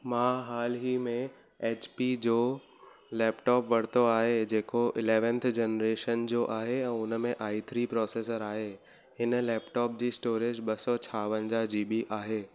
मां हाल ई में एच पी जो लैपटॉप वरितो आहे जेको इलेवंथ जनरेशन जो आहे ऐं उन में आई थ्री प्रोसेसर आहे हिन लैपटॉप जी स्टोरेज ॿ सौ छावंजाह जीबी आहे